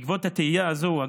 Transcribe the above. בעקבות התהייה הזו הוא,